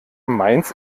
meins